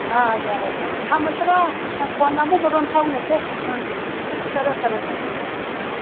ꯑꯥ ꯌꯥꯔꯦ ꯌꯥꯔꯦ ꯊꯝꯃꯁꯤꯔꯥ ꯀꯣꯟꯅ ꯑꯃꯨꯛ ꯃꯔꯣꯟ ꯐꯥꯎꯅꯁꯦ ꯎꯝ ꯐꯔꯦ ꯐꯔꯦ ꯐꯔꯦ